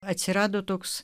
atsirado toks